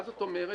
מה זאת אומרת?